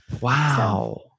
Wow